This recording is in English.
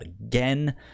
again